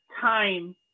time